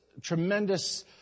tremendous